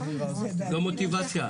אין מוטיבציה.